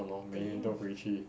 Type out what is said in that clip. !hannor! 每年都回去